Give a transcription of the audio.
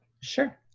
Sure